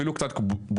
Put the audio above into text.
אפילו קצת בושה,